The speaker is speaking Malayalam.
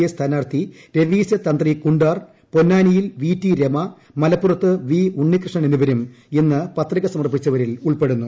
എ സ്ഥാനാർഥി രവീശ തന്ത്രി കു ാർ പൊന്നാനിയിൽ വി റ്റി രമ മലപ്പുറത്ത് വി ഉണ്ണികൃഷ്ണൻ എന്നിവരും ഇന്ന് പത്രിക സമർപ്പിച്ചവരിൽ ഉൾപ്പെടുന്നു